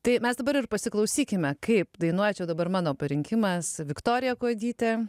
tai mes dabar ir pasiklausykime kaip dainuojančių dabar mano parinkimas viktorija kuodytė